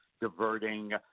diverting